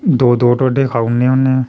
दो दो टोडे खाउने होन्नें